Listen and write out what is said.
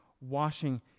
washing